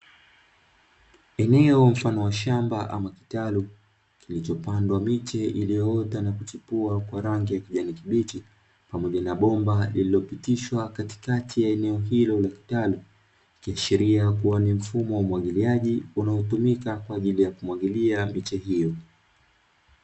Eneo mfano wa shamba ama kitalu kilichopandwa miche iliyoota na kuchipua kwa rangi ya kijani kibichi, pamoja na bomba lililopitishwa katikati ya eneo hilo la kitalu, kiashiria kuwa ni mfumo wa umwagiliaji unaotumika kwa ajili ya kumwagilia miche hiyo.